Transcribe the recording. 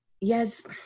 Yes